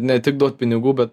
ne tik duot pinigų bet